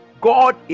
God